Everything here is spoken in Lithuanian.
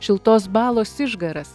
šiltos balos išgaras